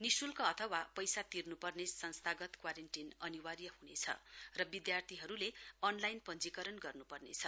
निशुल्क अथवा पैसा तिर्नु पर्ने संस्थागत क्वारेन्टीन अनिवार्य ह्नेछ र विद्यार्थीहरूले अनलाइन पञ्जीकरण गर्न्पर्नेछ